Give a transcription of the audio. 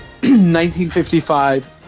1955